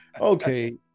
Okay